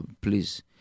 please